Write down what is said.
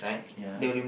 ya